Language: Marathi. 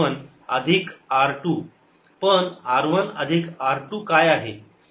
पण r 1 अधिक r 2 काय आहे